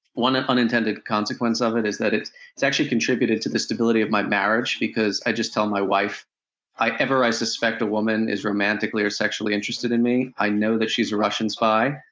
one ah unintended consequence of it is that it's it's actually contributed to the stability of my marriage, because i just tell my wife if ever i suspect a woman is romantically or sexually interested in me, i know that she's a russian spy,